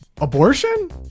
Abortion